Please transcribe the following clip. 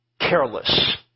careless